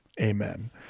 Amen